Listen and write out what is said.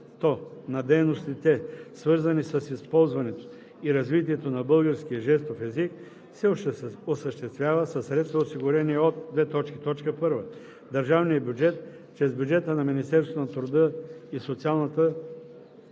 на дейностите, свързани с използването и развитието на българския жестов език, се осъществява със средства, осигурени от: 1. държавния бюджет чрез бюджета на Министерството на труда и социалната